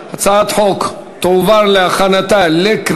ההצעה להעביר את הצעת חוק יום הזיכרון לחללי מערכות ישראל (תיקון,